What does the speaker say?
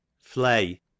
flay